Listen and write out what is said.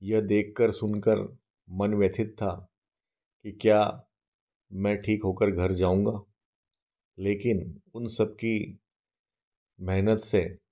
यह देखकर सुनकर मन व्यथित था कि क्या मैं ठीक होकर घर जाऊँगा लेकिन उन सबकी मेहनत से